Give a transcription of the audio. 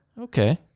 Okay